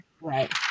right